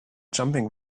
jumping